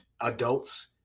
adults